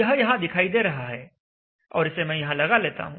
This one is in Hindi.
यह यहां दिखाई दे रहा है और इसे मैं यहां लगा लेता हूं